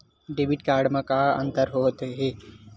Debit credit मा का अंतर होत हे?